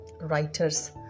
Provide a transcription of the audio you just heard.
writers